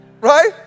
Right